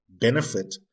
benefit